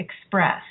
express